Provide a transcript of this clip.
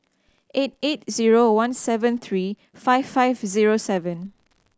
eight eight zero one seven three five five zero seven